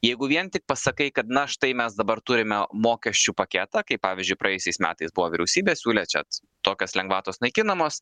jeigu vien tik pasakai kad na štai mes dabar turime mokesčių paketą kaip pavyzdžiui praėjusiais metais buvo vyriausybė siūlė čia tokios lengvatos naikinamos